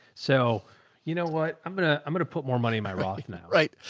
so you know what i'm going to, i'm going to put more money in my roth now, right?